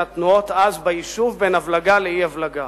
התנועות אז ביישוב בין הבלגה לאי-הבלגה,